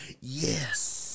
Yes